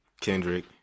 Kendrick